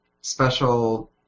special